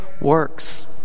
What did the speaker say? works